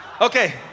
Okay